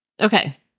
Okay